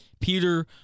Peter